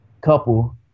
couple